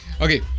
Okay